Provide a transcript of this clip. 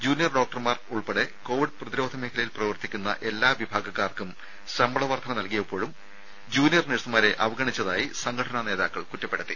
junior ഡോക്ടർമാർ ഉൾപ്പെടെ Covid പ്രതിരോധ മേഖലയിൽ പ്രവർത്തിക്കുന്ന എല്ലാ വിഭാഗങ്ങൾക്കും ശമ്പള വർദ്ധന നൽകിയപ്പോഴും ജൂനിയർ നഴ്സുമാരെ അവഗണിച്ചതായി സംഘടനാ നേതാക്കൾ കുറ്റപ്പെടുത്തി